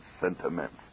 sentiments